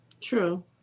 True